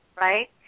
right